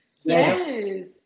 yes